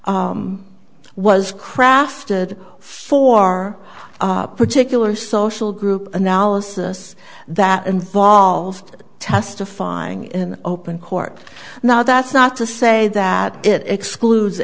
us was crafted for our particular social group analysis that involved testifying in open court now that's not to say that it excludes